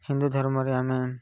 ହିନ୍ଦୁ ଧର୍ମରେ ଆମେ